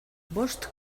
bost